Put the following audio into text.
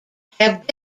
have